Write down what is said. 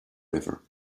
river